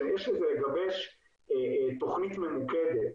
שיש לגבש תוכנית ממוקדת,